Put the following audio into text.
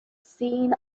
seen